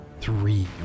Three